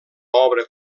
obra